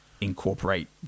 incorporate